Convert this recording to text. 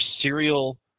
serial